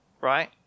right